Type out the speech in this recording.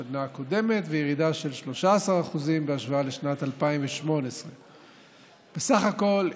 השנה הקודמת וירידה של 13% בהשוואה לשנת 2018. בסך הכול,